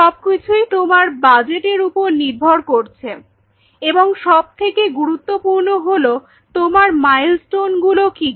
সবকিছুই তোমার বাজেটের উপর নির্ভর করছে এবং সবথেকে গুরুত্বপূর্ণ হল তোমার মাইলস্টোন গুলো কি কি